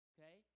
Okay